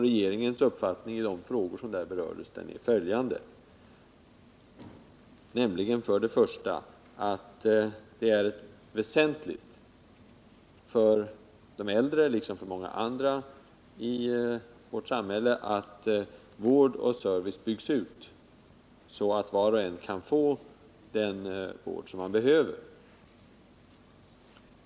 Regeringens uppfattning i de frågor som där berördes är följande: 1. Det är väsentligt för de äldre, liksom för många andra i vårt samhälle, att vård och service byggs ut så att var och en kan få den vård och service som han behöver.